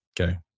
Okay